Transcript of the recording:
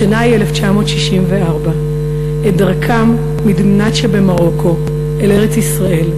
השנה היא 1964. את דרכה מדימנט שבמרוקו אל ארץ-ישראל,